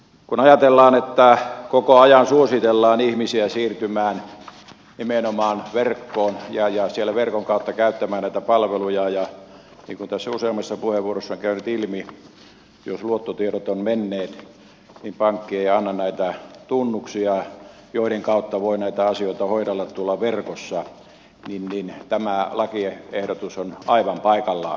kun ajatellaan että koko ajan suositellaan ihmisiä siirtymään nimenomaan verkkoon ja siellä verkon kautta käyttämään näitä palveluja ja niin kuin tässä useammassa puheenvuorossa on käynyt ilmi jos luottotiedot ovat menneet pankki ei anna näitä tunnuksia joiden kautta voi näitä asioita hoidella tuolla verkossa niin tämä lakiehdotus on aivan paikallaan